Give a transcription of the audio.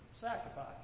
sacrifice